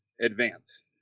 advance